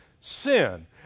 sin